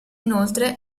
inoltre